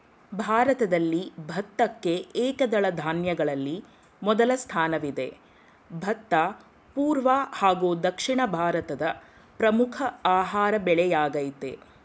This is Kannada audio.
ಭಾರತದಲ್ಲಿ ಭತ್ತಕ್ಕೆ ಏಕದಳ ಧಾನ್ಯಗಳಲ್ಲಿ ಮೊದಲ ಸ್ಥಾನವಿದೆ ಭತ್ತ ಪೂರ್ವ ಹಾಗೂ ದಕ್ಷಿಣ ಭಾರತದ ಪ್ರಮುಖ ಆಹಾರ ಬೆಳೆಯಾಗಯ್ತೆ